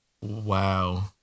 Wow